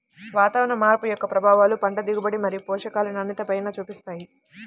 వాతావరణ మార్పు యొక్క ప్రభావాలు పంట దిగుబడి మరియు పోషకాల నాణ్యతపైన చూపిస్తాయి